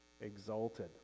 exalted